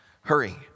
Hurry